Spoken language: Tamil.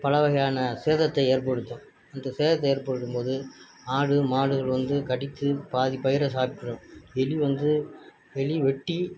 பல வகையான சேதத்தை ஏற்படுத்தும் அந்த சேதத்தை ஏற்படுத்தும் போது ஆடு மாடு வந்து கடித்து பாதி பயிரை சாப்பிட்ரும் எலி வந்து எலி வெட்டி